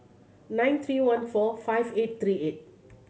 nine three one four five eight three eight